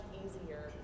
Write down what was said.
easier